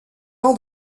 camp